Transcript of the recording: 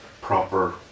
proper